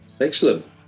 Excellent